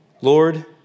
Lord